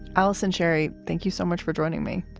alison cherry, thank you so much for joining me.